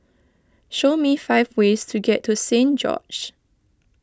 show me five ways to get to Saint George's